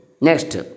Next